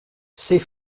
ses